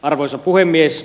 arvoisa puhemies